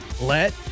let